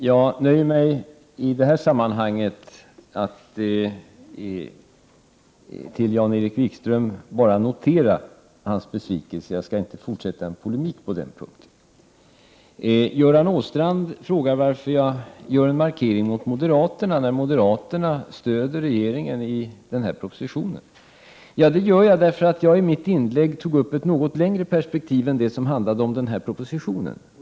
Herr talman! I detta sammanhang nöjer jag mig med att notera Jan-Erik Wikströms besvikelse. Jag skall inte fortsätta med någon polemik på den punkten. Göran Åstrand frågade varför jag gör en markering beträffande moderaterna, fastän moderaterna stödjer regeringen när det gäller denna proposition. Det gör jag därför att jag i mitt inlägg tog upp ett något längre perspektiv än det som handlade om denna proposition.